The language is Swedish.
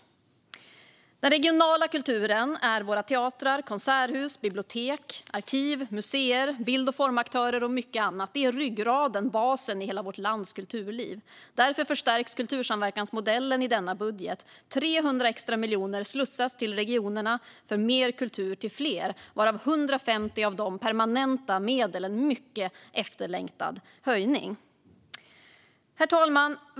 Den regionala kulturen är våra teatrar, konserthus, bibliotek, arkiv, museer, bild och formaktörer och mycket annat. Den är ryggraden, basen, i hela vårt lands kulturliv. Därför förstärks kultursamverkansmodellen i denna budget genom att 300 extra miljoner slussas till regionerna för mer kultur till fler, varav 150 miljoner är permanenta medel - en mycket efterlängtad höjning. Herr talman!